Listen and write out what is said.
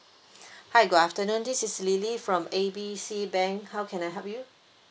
hi good afternoon this is lily from A B C bank how can I help you